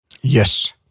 Yes